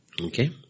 Okay